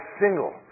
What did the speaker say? single